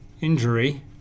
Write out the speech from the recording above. injury